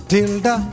Tilda